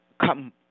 come